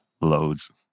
Loads